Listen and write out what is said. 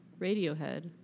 Radiohead